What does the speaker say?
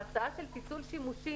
ההצעה של פיצול שימושים,